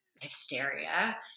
hysteria